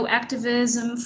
activism